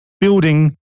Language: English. building